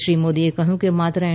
શ્રી મોદીએ કહ્યું કે માત્ર એન